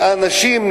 לאנשים,